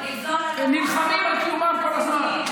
הם נלחמים על קיומם כל הזמן.